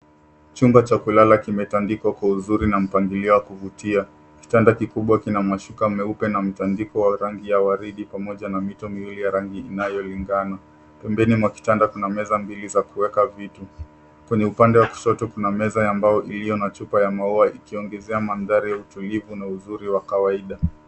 Chumba cha kulala kimetandikwa kwa uzuri na mpangilio wa kuvutia. Kitanda kikubwa kina mashuka meupe na mtandiko wa rangi ya waridi pamoja na mito miwili ya rangi inayolingana. Pembeni mwa kitanda kuna meza mbili za kuweka vitu. Kwenye upande wa kushoto kuna meza ya mbao iliyo na chupa ya maua ikiongezea mandhari ya utulivu na uzuri wa kawaida.